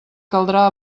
caldrà